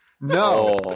No